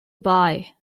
buy